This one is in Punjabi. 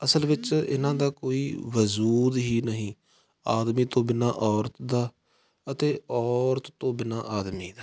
ਅਸਲ ਵਿੱਚ ਇਹਨਾਂ ਦਾ ਕੋਈ ਵਜੂਦ ਹੀ ਨਹੀਂ ਆਦਮੀ ਤੋਂ ਬਿਨਾ ਔਰਤ ਦਾ ਅਤੇ ਔਰਤ ਤੋਂ ਬਿਨਾ ਆਦਮੀ ਦਾ